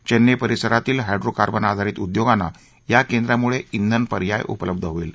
चेन्नई परिसरातील hydrocarbon आधारित उद्योगांना या केंद्रामुळे श्वन पर्याय उपलब्ध हाईल